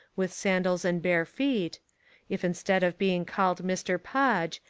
with sandals and bare feet if instead of being called mr. podge,